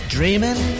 Dreaming